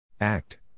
Act